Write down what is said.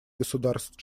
государств